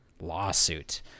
lawsuit